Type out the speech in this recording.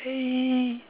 !yay!